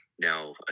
now